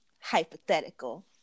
hypothetical